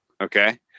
Okay